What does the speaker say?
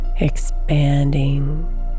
expanding